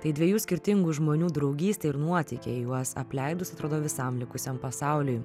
tai dviejų skirtingų žmonių draugystė ir nuotykiai juos apleidus atrodo visam likusiam pasauliui